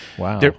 Wow